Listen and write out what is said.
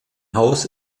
haus